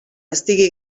estigui